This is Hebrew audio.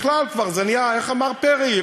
בכלל זה כבר נהיה, איך אמר פרי?